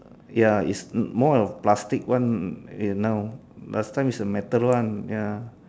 ya it's more of plastic one now last time is the metal one ya